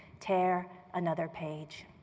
tear another page.